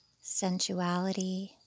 sensuality